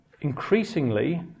increasingly